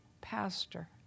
pastor